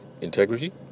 integrity